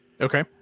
Okay